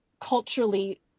culturally